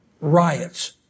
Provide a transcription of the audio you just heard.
riots